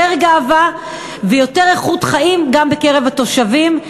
גאווה ויותר איכות חיים גם בקרב התושבים.